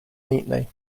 neatly